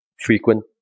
frequent